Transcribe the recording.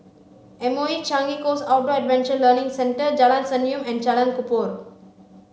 M O E Changi Coast Outdoor Adventure Learning Centre Jalan Senyum and Jalan Kubor